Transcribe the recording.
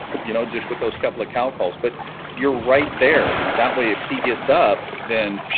you know just with those couple of cow calls but you're right there that way if he gets up then